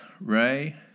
Ray